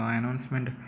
announcement